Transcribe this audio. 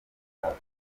hazaza